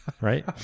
right